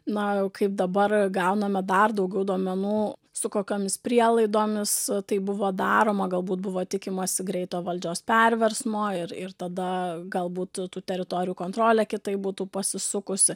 na jau kaip dabar gauname dar daugiau duomenų su kokiomis prielaidomis tai buvo daroma galbūt buvo tikimasi greito valdžios perversmo ir ir tada galbūt tų teritorijų kontrolė kitaip būtų pasisukusi